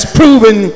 proven